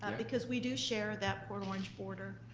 um because we do share that port orange border,